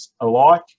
alike